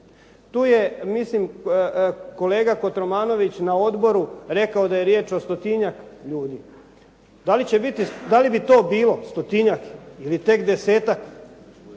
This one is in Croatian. Tu je mislim kolega Kotromanović na odboru rekao da je riječ o stotinjak ljudi. Da li bi to bilo stotinjak ili tek desetak,